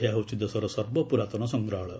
ଏହା ହେଉଛି ଦେଶର ସର୍ବପୁରାତନ ସଂଗ୍ରହାଳୟ